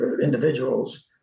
individuals